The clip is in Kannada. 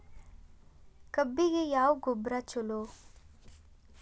ಕಬ್ಬಿಗ ಯಾವ ಗೊಬ್ಬರ ಛಲೋ?